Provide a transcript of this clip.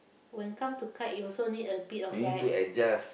when come to kite you also need a bit of like